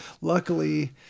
Luckily